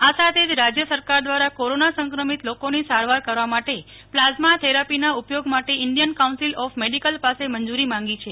આ સાથે જ રાજ્ય સરકાર દ્વારા કોરોના સંક્રમિત લોકોની સારવાર કરવા માટે પ્લાઝમા થેરાપીના ઉપયોગ માટે ઇન્ડિયન કાઉન્સિલ ઓફ મેડિકલ પાસે મંજૂરી માંગી છે